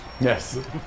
Yes